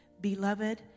Beloved